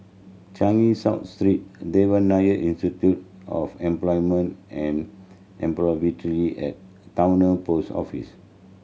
Changi South Street Devan Nair Institute of Employment and Employability and Towner Post Office